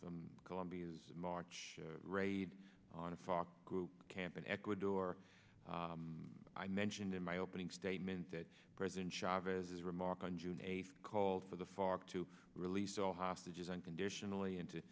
from colombia's march raid on a fox group camp in ecuador i mentioned in my opening statement that president chavez remark on june eighth called for the fark to release all hostages unconditionally